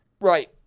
Right